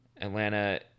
Atlanta